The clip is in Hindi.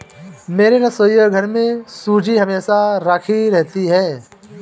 मेरे रसोईघर में सूजी हमेशा राखी रहती है